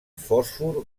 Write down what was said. fòsfor